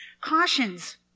Cautions